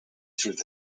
through